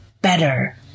better